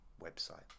website